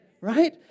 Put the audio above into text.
Right